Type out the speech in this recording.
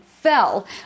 fell